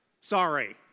sorry